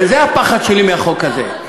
וזה הפחד שלי מהחוק הזה,